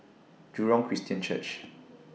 Jurong Christian Church